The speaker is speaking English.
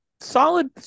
Solid